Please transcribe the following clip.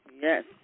Yes